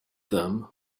them